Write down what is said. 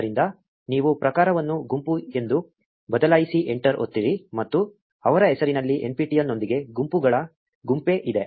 ಆದ್ದರಿಂದ ನೀವು ಪ್ರಕಾರವನ್ನು ಗುಂಪು ಎಂದು ಬದಲಾಯಿಸಿ ಎಂಟರ್ ಒತ್ತಿರಿ ಮತ್ತು ಅವರ ಹೆಸರಿನಲ್ಲಿ nptel ನೊಂದಿಗೆ ಗುಂಪುಗಳ ಗುಂಪೇ ಇದೆ